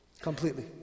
completely